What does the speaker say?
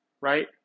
Right